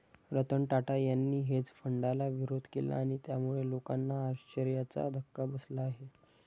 रतन टाटा यांनी हेज फंडाला विरोध केला आणि त्यामुळे लोकांना आश्चर्याचा धक्का बसला आहे